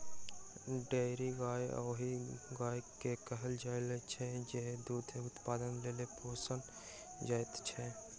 dairy गाय ओहि गाय के कहल जाइत अछि जे दूध उत्पादनक लेल पोसल जाइत छै